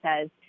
says